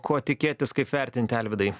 ko tikėtis kaip vertinti alvydai